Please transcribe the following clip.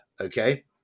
okay